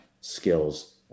skills